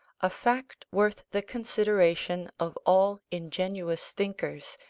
a fact worth the consideration of all ingenuous thinkers,